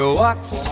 walks